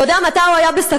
אתה יודע מתי הוא היה בסכנה?